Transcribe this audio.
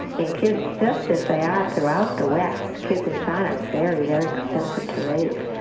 and kids just as they are throughout the west, kids in china are very, very expensive to raise.